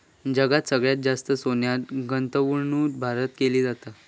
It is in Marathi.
जगात सगळ्यात जास्त सोन्यात गुंतवणूक भारतात केली जाता